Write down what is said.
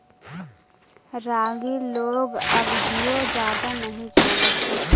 रागी लोग अबहिओ जादा नही जानत हौ